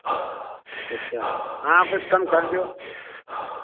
अच्छा हाँ कुछ कम कर देओ